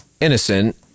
innocent